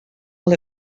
that